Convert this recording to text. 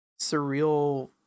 surreal